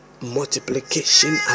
multiplication